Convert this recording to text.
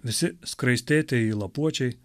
visi skraistėtieji lapuočiai